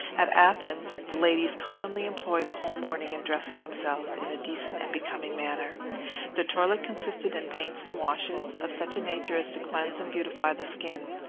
at athens, the ladies commonly employ the whole morning in dressing themselves in a decent and becoming manner their toilet consisted in paints and washes, of such a nature as to cleanse and beautify the skin,